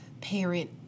parent